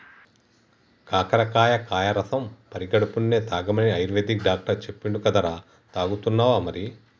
కాకరకాయ కాయ రసం పడిగడుపున్నె తాగమని ఆయుర్వేదిక్ డాక్టర్ చెప్పిండు కదరా, తాగుతున్నావా మరి